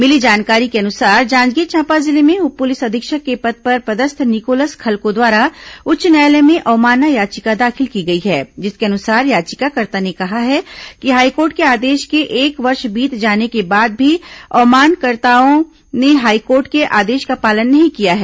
मिली जानकारी के अनुसार जांजगीर चांपा जिले में उप पुलिस अधीक्षक के पद पर पदस्थ निकोलस खलखो द्वारा उच्च न्यायालय में अवमानना याचिका दाखिल की गई है जिसके अनुसार याचिकाकर्ता ने कहा है कि हाईकोर्ट के आदेश के एक वर्ष बीत जाने के बाद भी अवमाननाकर्ताओं ने हाईकोर्ट के आदेश का पालन नहीं किया है